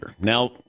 Now